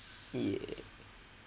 yeah